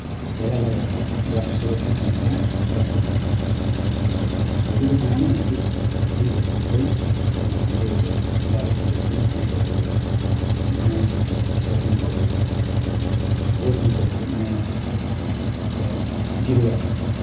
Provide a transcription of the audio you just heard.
भेला गरेर रा सुरक्षितसँगले राखेका हुन्छौँ र भोलिको दिनमा त्यो चिजहरू चाहिँ अब हामीले बारीतिर कुनै चिजहरू नयाँ सिडहरू छर्नु पर्यो रोप्नु पर्यो नयाँ भयो बिरुवाहरू